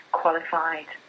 qualified